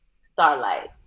Starlight